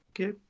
Okay